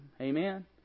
Amen